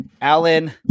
Alan